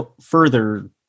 further